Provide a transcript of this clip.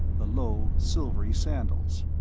the low silvery sandals.